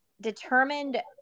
determined